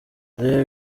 reba